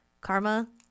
karma